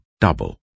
double